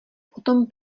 potom